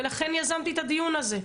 ולכן יזמתי את הדיון הזה.